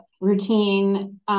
routine